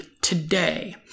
today